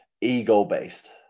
ego-based